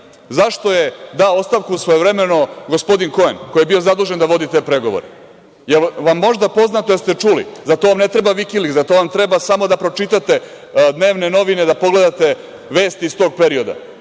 zašto je dao ostavku svojevremeno gospodin Koen koji je bio zadužen da vodi te pregovore? Jel vam možda poznato ili ste čuli? Za to vam ne treba Vikiliks. Za to vam treba samo da pročitate dnevne novine, da pogledate vesti iz tog perioda,